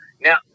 now